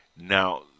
Now